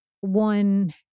one